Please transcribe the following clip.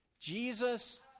Jesus